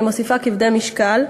ואני מוסיפה: כבדי משקל.